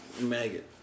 maggot